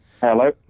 Hello